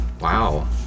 Wow